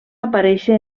aparèixer